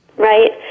right